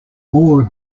more